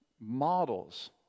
models